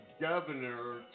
governor